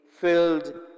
filled